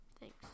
Thanks